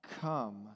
come